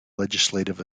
legislative